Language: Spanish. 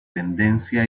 tendencia